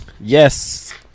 Yes